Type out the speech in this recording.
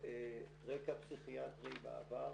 רקע פסיכיאטרי בעבר.